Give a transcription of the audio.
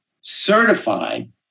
certified